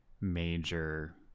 major